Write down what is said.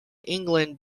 england